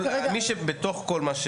הוא חל על מי שבתוך החוק,